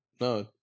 no